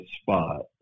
spot